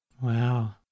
Wow